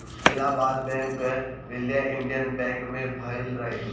Allahabad bank कअ विलय Indian bank मे भयल रहे